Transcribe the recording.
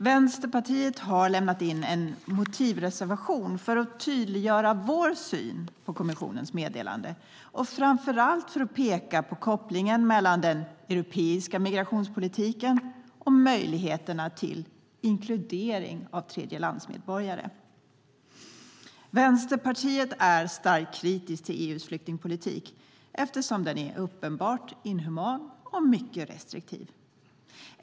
Vänsterpartiet har lämnat in en motivreservation för att tydliggöra vår syn på kommissionens meddelande, framför allt för att peka på kopplingen mellan den europeiska migrationspolitiken och möjligheterna till inkludering av tredjelandsmedborgare. Vänsterpartiet är starkt kritiskt till EU:s flyktingpolitik, eftersom den är uppenbart inhuman och mycket restriktiv.